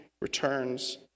returns